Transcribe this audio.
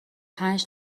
پنج